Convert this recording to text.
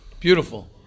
Beautiful